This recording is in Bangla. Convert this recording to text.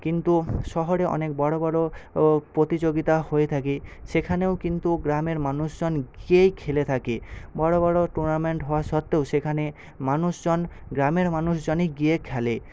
কিন্তু শহরে অনেক বড়ো বড়ো প্রতিযোগিতা হয়ে থাকে সেখানেও কিন্তু গ্রামের মানুষজন গিয়েই খেলে থাকে বড়ো বড়ো টুর্নামেন্ট হওয়ার সত্ত্বেও সেখানে মানুষজন গ্রামের মানুষজনই গিয়ে খেলে